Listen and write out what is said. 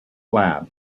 lab